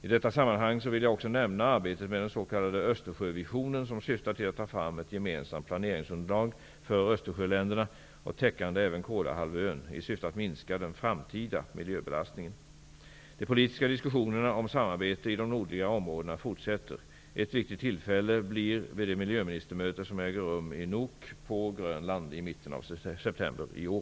I detta sammanhang vill jag också nämna arbetet med den s.k. Östersjövisionen som syftar till att ta fram ett gemensamt planeringsunderlag för Östersjöländerna och täckande även Kolahalvön i syfte att minska den framtida miljöbelastningen. De politiska diskussionerna om samarbete i de nordliga områdena fortsätter. Ett viktigt tillfälle blir vid det miljöministermöte som äger rum i Nuuk på Grönland i mitten av september i år.